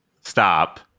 Stop